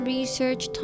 Research